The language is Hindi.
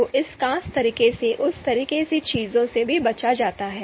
तो इस खास तरीके से उस तरह की चीजों से भी बचा जाता है